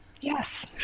Yes